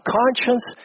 conscience